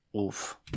Oof